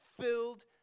filled